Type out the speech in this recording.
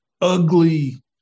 ugly